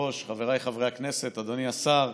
חבריי חברי הכנסת, אדוני השר,